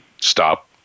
stop